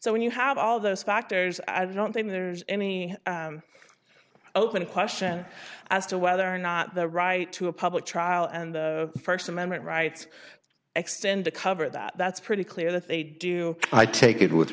so when you have all those factors i don't think there is any open question as to whether or not the right to a public trial and the st amendment rights extend to cover that that's pretty clear that they do i take it with